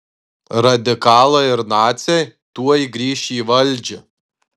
radikalai ir naciai tuoj grįš į valdžią